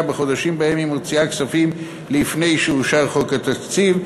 בחודשים שבהם היא מוציאה כספים לפני שאושר חוק התקציב,